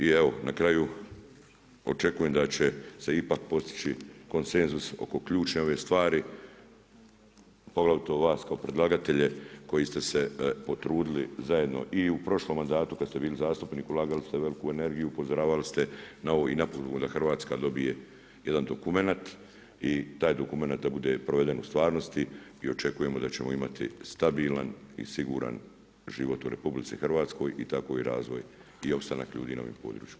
I evo na kraju, očekujem da će se ipak postići konsenzus oko ključne ove stvari, poglavito vas kao predlagatelje koji ste se potrudili zajedno i u prošlom mandatu kad ste bili zastupnik, ulagali ste veliku energiju, upozoravali ste na ovo i napokon da Hrvatska dobije jedan dokumenat i taj dokumenat da bude proveden u stvarnosti i očekujem da ćemo imati stabilan i siguran život u RH i tako i razvoj i opstanak ljudi na ovim područjima.